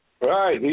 Right